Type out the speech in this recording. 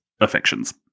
affections